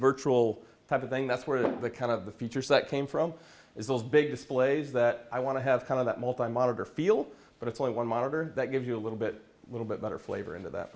virtual type of thing that's where the the kind of the features that came from is those big displays that i want to have kind of that multimeter feel but it's only one monitor that gives you a little bit a little bit better flavor into that